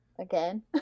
Again